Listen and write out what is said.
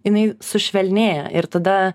jinai sušvelnėja ir tada